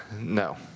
No